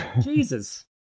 Jesus